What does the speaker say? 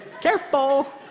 Careful